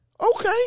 okay